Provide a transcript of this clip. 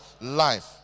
life